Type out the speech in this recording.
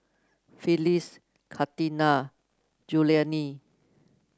Phyliss Katina Julianne